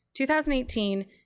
2018